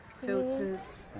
Filters